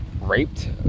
raped